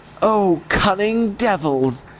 oh, cunning devils!